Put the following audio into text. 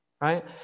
Right